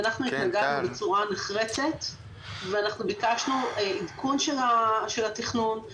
אנחנו התנגדנו בצורה נחרצת ואנחנו ביקשנו עדכון של התכנון,